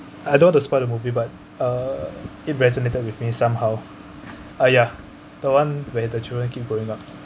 I don't want to spoil the movie but uh it resonated with me somehow uh ya the one where the children keep going up